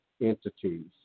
entities